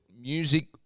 music